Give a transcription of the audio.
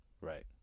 Right